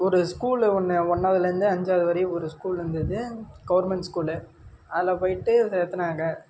ஒரு ஸ்கூலு ஒன்று ஒன்னாவதுலேருந்து அஞ்சாவது வரையும் ஒரு ஸ்கூல் இருந்தது கவர்மெண்ட் ஸ்கூலு அதில் போய்ட்டு சேத்துனாங்க